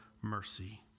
mercy